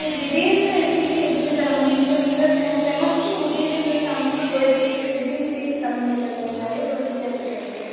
திடீர்னு டீசி எப்படிங்க தரமுடியும் இப்போ இந்த செ செமஸ்ட்ரு முடியவே இல்லை செமஸ்ட்ரு போயிட்ருக்குது திடீர்னு டீசி தரமுடியாதுங்க நிறைய ப்ரோஸிஜர் இருக்குது அதுக்கு